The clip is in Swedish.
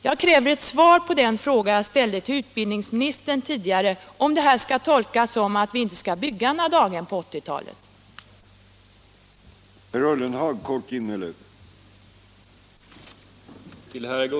Jag kräver ett svar på den fråga som jag tidigare ställde till utbildningsministern: Skall detta tolkas så, att vi inte skall bygga några daghem på 1980-talet?